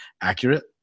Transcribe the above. accurate